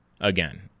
again